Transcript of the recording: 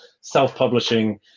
self-publishing